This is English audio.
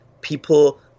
people